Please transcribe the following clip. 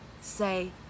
say